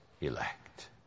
elect